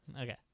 Okay